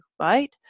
right